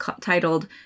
titled